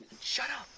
shut up.